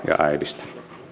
ja äidistä